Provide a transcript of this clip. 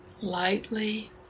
Lightly